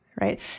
right